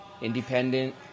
independent